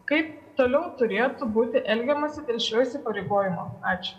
kaip toliau turėtų būti elgiamasi dėl šio įsipareigojimo ačiū